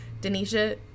Denisha